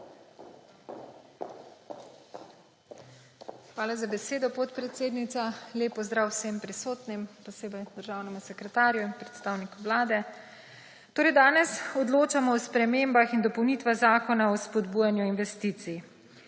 Hvala za besedo, podpredsednica. Lep pozdrav vsem prisotnim, posebej državnemu sekretarju, predstavniku Vlade! Danes odločamo o spremembah in dopolnitvah Zakona o spodbujanju investicij.